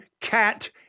Cat